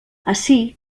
ací